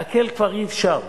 להקל כבר אי-אפשר,